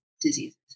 diseases